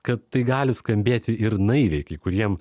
kad tai gali skambėti ir naiviai kai kuriem